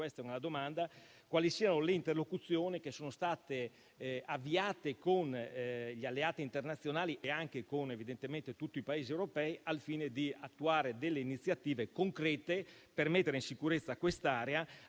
quali siano le interlocuzioni che sono state avviate con gli alleati internazionali e con tutti i Paesi europei al fine di attuare delle iniziative concrete per mettere in sicurezza quest'area,